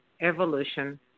evolution